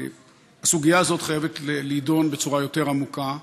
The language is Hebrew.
הסוגיה הזאת חייבת להידון בצורה יותר עמוקה,